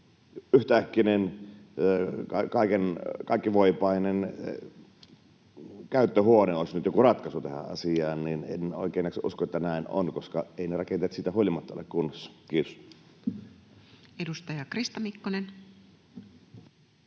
yhtäkkinen kaikkivoipainen käyttöhuone olisi nyt joku ratkaisu tähän asiaan, niin en oikein usko, että näin on, koska eivät ne rakenteet siitä huolimatta ole kunnossa. — Kiitos. [Speech 73] Speaker: